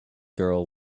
girl